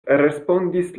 respondis